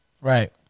Right